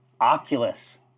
Oculus